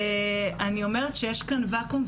אני אומרת שיש כאן ואקום,